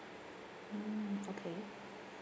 mm okay